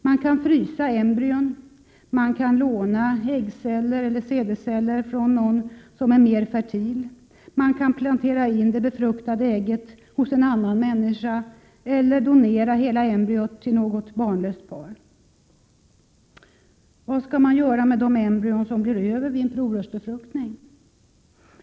Man kan frysa embryon, man kan låna äggceller eller sädesceller från någon som är mer fertil, och man kan plantera in det befruktade ägget hos en annan människa eller donera hela embryot till något barnlöst par. Vad skall man göra med de embryon som blir över vid en provrörsbefruktning?